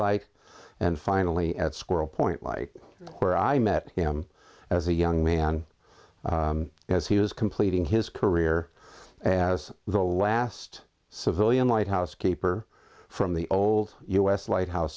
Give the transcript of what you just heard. like and finally at squirrel pointlike where i met him as a young man as he was completing his career as the last civilian lighthouse keeper from the old us lighthouse